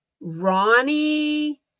Ronnie